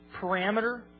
parameter